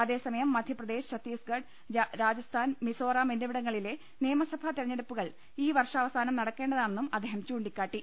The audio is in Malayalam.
അതേസമയം മധ്യപ്രദേശ് ഛത്തീസ്ഗ ഡ് രാജസ്ഥാൻ മിസോറാം എന്നിവിടങ്ങളിലെ നിയമസഭാ തെര ഞ്ഞെടുപ്പുകൾ ഈ വർഷാവസാനം നടക്കേണ്ടതാണെന്നും അദ്ദേഹം ചൂണ്ടിക്കാട്ടി